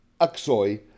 Aksoy